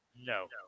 No